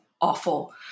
awful